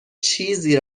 چیزی